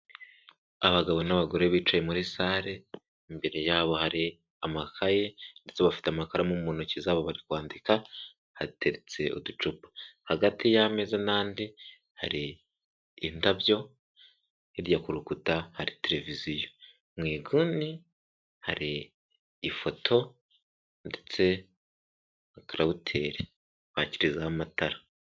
Abagabo n'abagore bicaye muri sale, imbere yabo hari amakaye ndetse bafite amakaramu mu ntoki zabo bari kwandika hateretse uducupa, hagati yameza n'andi hari indabyo, hirya ku rukuta hari televiziyo, mu iguni hari ifoto ndetse na enterabuteri bakirizaho amatara.